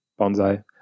bonsai